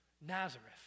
Nazareth